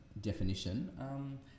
definition